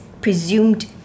presumed